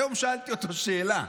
היום שאלתי אותו שאלה.